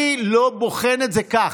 אני לא בוחן את זה כך.